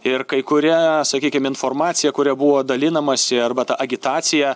ir kai kuria sakykim informacija kuria buvo dalinamasi arba ta agitacija